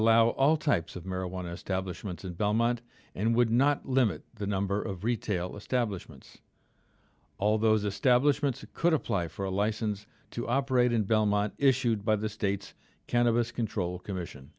allow all types of marijuana establishments and belmont and would not limit the number of retail establishments all those establishment that could apply for a license to operate in belmont issued by the states cannabis control commission